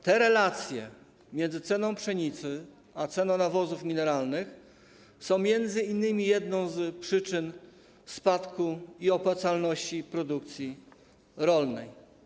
Te relacje między ceną pszenicy a ceną nawozów mineralnych są m.in. jedną z przyczyn spadku i opłacalności produkcji rolnej.